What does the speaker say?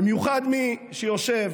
במיוחד מי שיושב